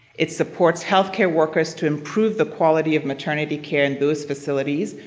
it supports healthcare workers to improve the quality of maternity care in those facilities,